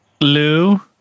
Lou